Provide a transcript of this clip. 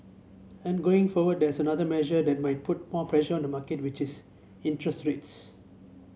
and going forward there is another measure that might put more pressure on the market which is interest rates